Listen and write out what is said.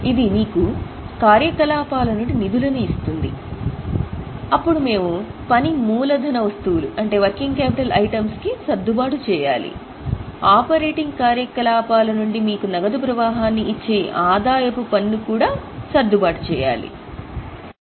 ఇది మీకు కార్యకలాపాల నుండి నిధులను ఇస్తుంది అప్పుడు మేము పని మూలధన వస్తువులకు కూడా సర్దుబాటు చేయాలి ఆపరేటింగ్ కార్యకలాపాల నుండి మీకు నగదు ప్రవాహాన్ని ఇచ్చే ఆదాయపు పన్ను కోసం మేము సర్దుబాటు చేయాలి